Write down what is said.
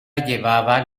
llevaba